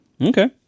okay